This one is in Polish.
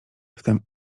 wtem